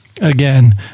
Again